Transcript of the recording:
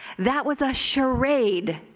that was a charade.